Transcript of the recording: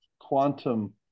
quantum